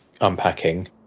unpacking